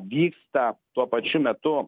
vyksta tuo pačiu metu